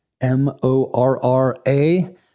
M-O-R-R-A